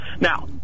Now